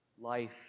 Life